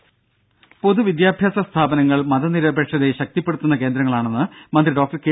ദേദ പൊതു വിദ്യാഭ്യാസ സ്ഥാപനങ്ങൾ മതനിരപേക്ഷതയെ ശക്തിപ്പെടുത്തുന്ന കേന്ദ്രങ്ങളാണെന്ന് മന്ത്രി ഡോക്ടർ കെ